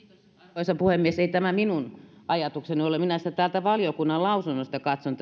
arvoisa puhemies ei tämä minun ajatukseni ole vaan minä sitä täältä valiokunnan vastalauseesta katson